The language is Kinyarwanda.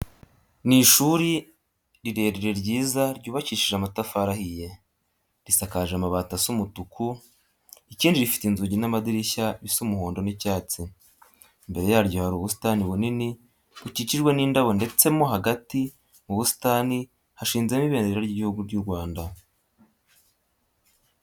Ni ishuri rirerire ryiza ryubakishije amatafari ahiye, risakaje amabati asa umutuku. Ikindi rifite inzugi n'amadirishya bisa umuhondo n'icyatsi. Imbere yaryo hari ubusitani bunini bukikijwe n'indabo ndeste mo hagati mu busitani hashinzemo Ibendera ry'Igihugu cy'u Rwanda.